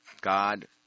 God